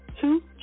two